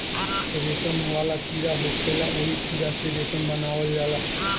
रेशम वाला कीड़ा होखेला ओही कीड़ा से रेशम बनावल जाला